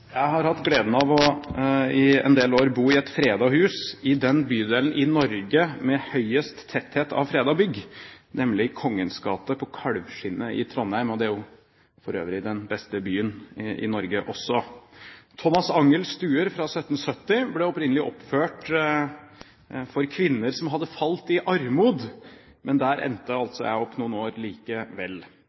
Jeg har hatt gleden av i en del år å ha bodd i et fredet hus i den bydelen i Norge med høyest tetthet av fredede bygg, nemlig i Kongens gate på Kalvskinnet i Trondheim. Det er jo for øvrig den beste byen i Norge også. Thomas Angells stuer fra 1770 ble opprinnelig oppført for kvinner som hadde falt i armod, men der endte altså jeg opp noen år likevel.